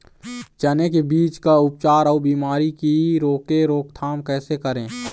चने की बीज का उपचार अउ बीमारी की रोके रोकथाम कैसे करें?